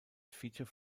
feature